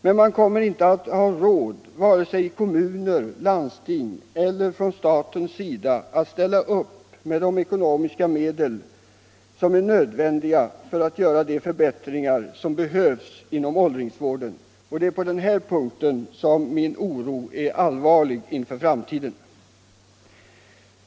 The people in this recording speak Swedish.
Mcen man kommer inte att ha råd vare sig i kommuner, i landsting eller från statens sida att ställa de ekonomiska medel till förfogande som är nödvändiga för att göra de förbättringar som behövs inom åldringsvården. Det är på den här punkten som jag hyser allvarlig oro inför framtiden.